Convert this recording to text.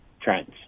trends